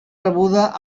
rebuda